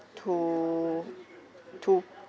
to to